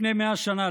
לפני 100 שנה,